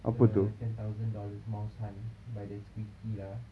the ten thousand dollars mouse hunt by the squeaky uh